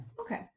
Okay